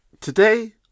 Today